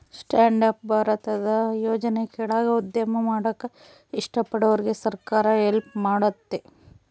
stand up ಭಾರತದ ಯೋಜನೆ ಕೆಳಾಗ ಉದ್ಯಮ ಮಾಡಾಕ ಇಷ್ಟ ಪಡೋರ್ಗೆ ಸರ್ಕಾರ ಹೆಲ್ಪ್ ಮಾಡ್ತತೆ